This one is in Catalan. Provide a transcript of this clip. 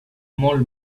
molt